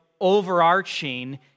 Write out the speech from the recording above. overarching